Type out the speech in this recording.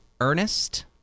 Ernest